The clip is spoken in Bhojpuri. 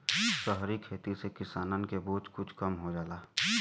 सहरी खेती से किसानन के बोझ कुछ कम हो जाला